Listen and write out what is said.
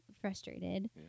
frustrated